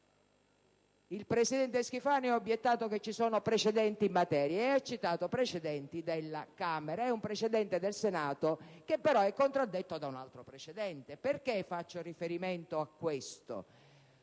Il presidente Schifani ha obiettato che ci sono precedenti in materia e ha citato precedenti della Camera dei deputati e un precedente del Senato, che però è contraddetto da un altro precedente. Perché faccio riferimento a questo?